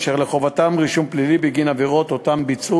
אשר לחובתם רישום פלילי בגין עבירות שביצעו